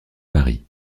paris